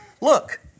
look